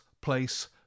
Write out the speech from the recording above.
Place